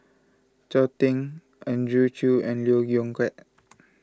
Chao Tzee Andrew Chew and Lee Yong Kiat